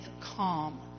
calm